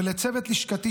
ולצוות לשכתי,